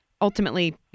ultimately